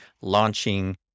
launching